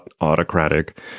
autocratic